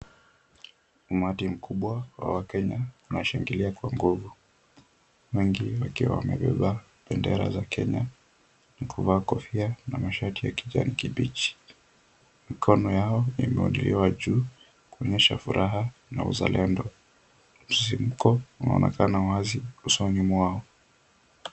Umati mkubwa wa wakenya unashangilia kwa nguvu, wengi wakiwa wamebeba bendera za Kenya, na kuvaa kofia na shati ya kijani kibichi. Mikono yao imeinuliwa juu kuonyesha furaha na uzalendo. Msisimko unaonekana wazi usoni mwao.